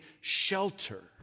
shelter